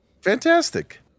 Fantastic